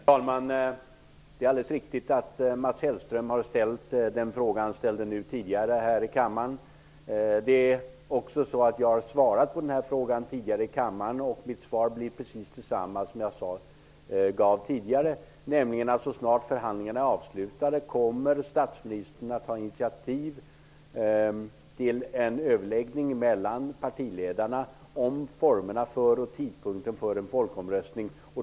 Herr talman! Det är alldeles riktigt att Mats Hellström tidigare här i kammaren har ställt den fråga som han nu ställde. Jag har också tidigare svarat på den frågan, och mitt svar blir precis detsamma som det svar som jag tidigare gav, nämligen: Så snart som förhandlingarna är avslutade kommer statsministern att ta initiativ till en överläggning mellan partiledarna om formerna och tidpunkten för en folkomröstning.